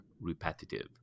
repetitive